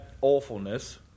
awfulness